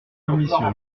commission